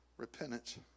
repentance